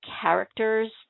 characters